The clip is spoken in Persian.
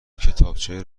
کتابچه